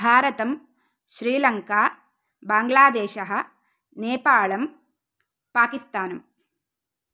भारतम् श्रीलङ्का बाङ्गलादेशः नेपालम् पाकिस्थानम्